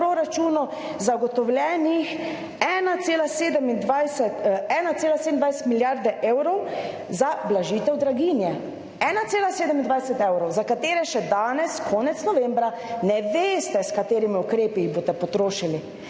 zagotovljenih 1,27 milijarde evrov za blažitev draginje. 1,27 milijarde evrov, za katere še danes konec novembra ne veste s katerimi ukrepi jih boste potrošili.